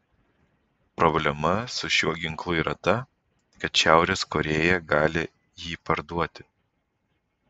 problema su šiuo ginklu yra ta kad šiaurės korėja gali jį parduoti